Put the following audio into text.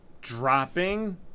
dropping